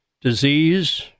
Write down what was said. disease